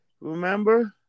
remember